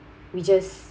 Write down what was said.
we just